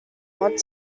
what